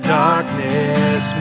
darkness